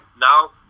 now